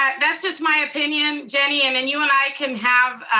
um that's just my opinion, ginny, and then you and i can have.